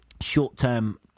short-term